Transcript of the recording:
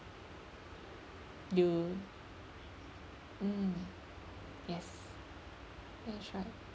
you mm yes that is right